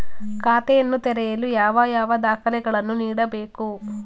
ಖಾತೆಯನ್ನು ತೆರೆಯಲು ಯಾವ ಯಾವ ದಾಖಲೆಗಳನ್ನು ನೀಡಬೇಕು?